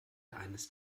eines